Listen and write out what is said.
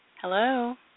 hello